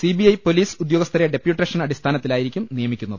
CBI police ഉദ്യോഗസ്ഥരെ deputation അടിസ്ഥാ നത്തിലായിരിക്കും നിയമിക്കുന്നത്